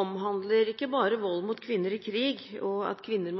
omhandler ikke bare vold mot kvinner i krig og at kvinner